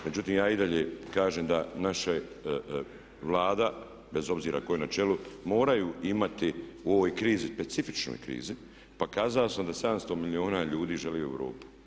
Međutim, ja i dalje kažem da naša Vlada bez obzira tko je na čelu mora imati u ovoj krizi specifičnoj, pa kazao sam da 700 milijuna ljudi želi u Europu.